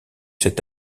cet